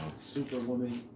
Superwoman